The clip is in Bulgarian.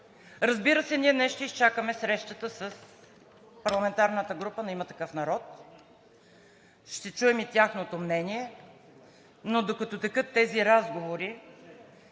Разбира се, днес ще изчакаме срещата с парламентарната група на „Има такъв народ“, ще чуем и тяхното мнение. Но докато текат тези разговори,